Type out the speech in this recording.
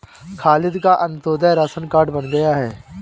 खालिद का Antyodaya ration card बन गया है